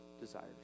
desires